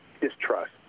distrust